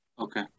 Okay